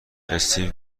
استیو